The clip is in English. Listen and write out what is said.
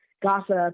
gossip